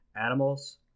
Animals